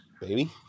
baby